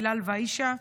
בילאל ועאישה,